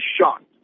shocked